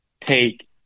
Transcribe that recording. take